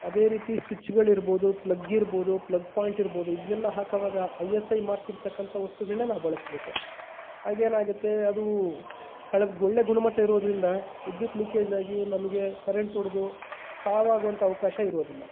ಅದೇ ರೀತಿ ಸ್ವಿಚ್ಗಳು ಇರ್ಬೋದು ಪ್ಲಗ್ ಇರ್ಬೋದು ಪ್ಲಗ್ ಪಾಯಿಂಟ್ ಇರ್ಬೋದು ಇದನ್ನೆಲ್ಲ ಹಾಕೋವಾಗ ಐ ಎಸ್ ಐ ಮಾರ್ಕ್ ಇರತಕ್ಕಂಥ ವಸ್ತುಗಳನ್ನೇ ನಾವು ಬಳಸಬೇಕು ಆಗೇನಾಗುತ್ತೆ ಅದು ಕಳ ಒಳ್ಳೆಯ ಗುಣಮಟ್ಟ ಇರೋದರಿಂದ ವಿದ್ಯುತ್ ಲೀಕೇಜ್ ಆಗಿ ನಮಗೆ ಕರೆಂಟ್ ಹೊಡೆದು ಸಾವಾಗೋಂಥ ಅವಕಾಶ ಇರೋದಿಲ್ಲ